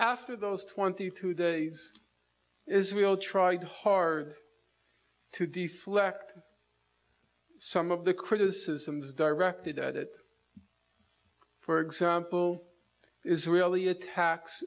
after those twenty two days israel tried hard to the flak some of the criticisms directed at it for example israeli attacks